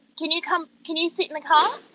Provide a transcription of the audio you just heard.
can you come, can you sit in the car?